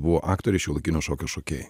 buvo aktoriai šiuolaikinio šokio šokėjai